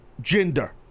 gender